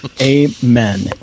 amen